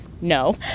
no